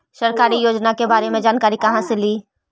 सरकारी योजना के बारे मे जानकारी कहा से ली?